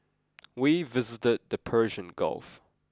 we visited the Persian Gulf